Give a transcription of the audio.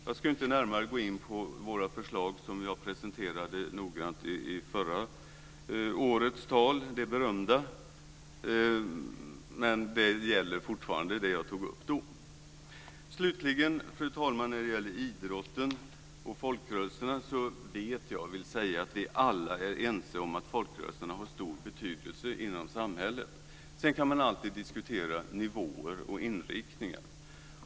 Jag ska inte närmare gå in på våra förslag, som jag presenterade noggrant i förra årets tal - det berömda - men det jag tog upp då gäller fortfarande. Slutligen, fru talman, vill jag när det gäller idrotten och folkrörelserna säga att vi alla är överens om att folkrörelserna har stor betydelse i samhället. Sedan kan man alltid diskutera nivåer och inriktningar.